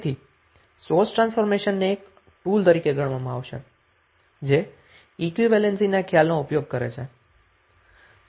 તેથી સોર્સ ટ્રાન્સફોર્મેશનને એક ટુલ તરીકે ગણવામાં આવશે જે ઈક્વીવેલેન્સી ના ખ્યાલનો ઉપયોગ કરે છે